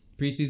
Preseason